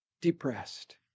Depressed